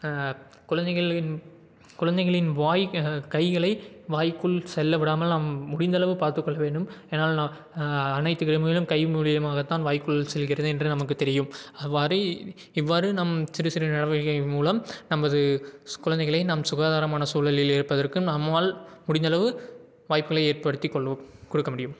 குழந்தைகளின் குழந்தைங்களின் வாய் கைகளை வாய்க்குள் செல்ல விடாமல் நாம் முடிந்தளவு பார்த்துக்கொள்ள வேண்டும் ஏனால் நான் அனைத்து கை மூலயமாகத்தான் வாய்க்குள் செல்கிறது என்று நமக்கு தெரியும் அவ்வாறு இவ்வாறு நம் சிறு சிறு நடவடிக்கையின் மூலம் நமது ஸ் குழந்தைகளை நாம் சுகாதாரமான சூழலில் இருப்பதற்கு நம்மால் முடிந்தளவு வாய்ப்புகளை ஏற்படுத்திக்கொள்ள கொடுக்க முடியும்